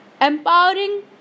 empowering